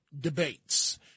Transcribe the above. debates